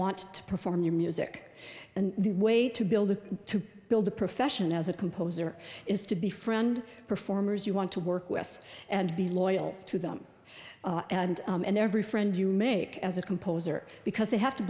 to perform your music and the way to build to build a profession as a composer is to be friend performers you want to work with and be loyal to them and and every friend you make as a composer because they have to